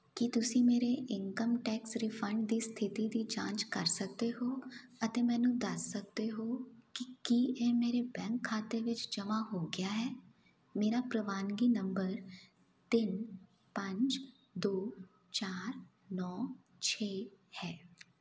ਕੀ ਤੁਸੀਂ ਮੇਰੇ income tax refund ਦੀ ਸਥਿਤੀ ਦੀ ਜਾਂਚ ਕਰ ਸਕਦੇ ਹੋ ਅਤੇ ਮੈਨੂੰ ਦੱਸ ਸਕਦੇ ਹੋ ਕਿ ਕੀ ਇਹ ਮੇਰੇ ਬੈਂਕ ਖਾਤੇ ਵਿੱਚ ਜਮ੍ਹਾਂ ਹੋ ਗਿਆ ਹੈ ਮੇਰਾ ਪ੍ਰਵਾਨਗੀ ਨੰਬਰ ਤਿੰਨ ਪੰਜ ਦੋ ਚਾਰ ਨੌਂ ਛੇ ਹੈ